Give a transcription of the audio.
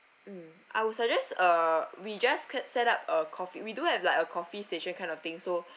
mm I would suggest uh we just can set up a coffee we do have like a coffee station kind of thing so